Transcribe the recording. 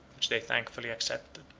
which they thankfully accepted.